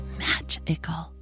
magical